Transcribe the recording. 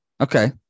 Okay